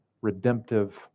redemptive